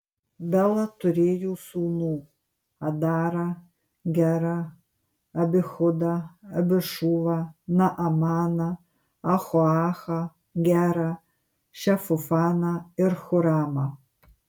bela turėjo sūnų adarą gerą abihudą abišūvą naamaną ahoachą gerą šefufaną ir huramą